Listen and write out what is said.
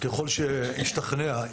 ככל שישתכנע,